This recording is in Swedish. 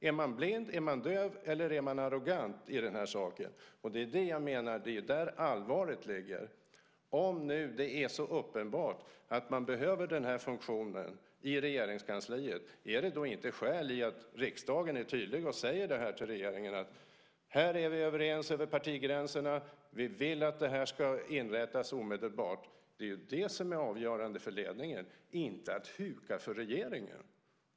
Är man blind, är man döv, eller är man arrogant i den här saken? Jag menar att det är där som allvaret ligger. Om det nu är så uppenbart att man behöver denna funktion i Regeringskansliet, finns det då inte skäl för riksdagen att vara tydlig och säga till regeringen att vi här är överens över partigränserna och att vi vill att detta ska inrättas omedelbart? Det är ju det som är avgörande för ledningen, inte att huka för regeringen.